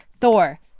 Thor